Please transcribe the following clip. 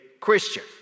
Christian